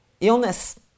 illness